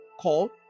call